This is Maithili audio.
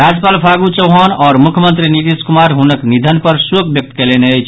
राज्यपाल फागू चौहान आओर मुख्यमंत्री नीतीश कुमार हुनक निधन पर शोक व्यक्त कयलनि अछि